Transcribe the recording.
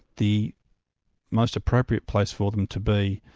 the most appropriate place for them to be